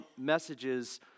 messages